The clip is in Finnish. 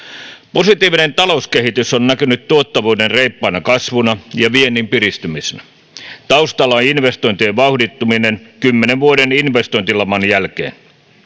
positiivinen talouskehitys on näkynyt tuottavuuden reippaana kasvuna ja viennin piristymisenä taustalla on investointien vauhdittuminen kymmenen vuoden investointilaman jälkeen